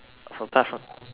from